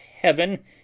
HEAVEN